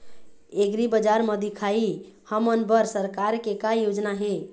एग्रीबजार म दिखाही हमन बर सरकार के का योजना हे?